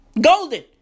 Golden